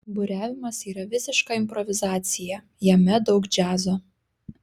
buriavimas yra visiška improvizacija jame daug džiazo